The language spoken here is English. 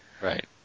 Right